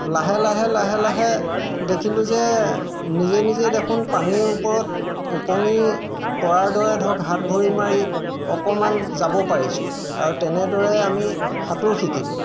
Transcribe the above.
লাহে লাহে লাহে লাহে দেখিলোঁ যে নিজে নিজে দেখোন পানীৰ ওপৰত ওপঙি পৰাৰ দৰে ধৰক হাত ভৰি মাৰি অকণমান যাব পাৰিছোঁ আৰু তেনেদৰে আমি সাঁতোৰ শিকিলোঁ